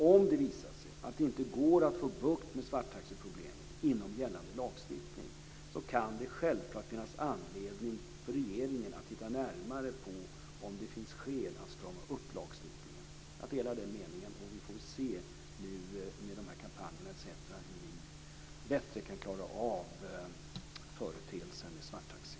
Om det visar sig att det inte går att få bukt med svarttaxiproblemet inom gällande lagstiftning kan det självklart finnas anledning för regeringen att titta närmare på om det finns skäl att strama upp lagstiftningen. Jag delar den meningen. Vi får se med kampanjerna etc. hur vi bättre kan klara av företeelsen med svarttaxi.